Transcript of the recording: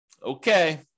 Okay